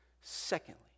secondly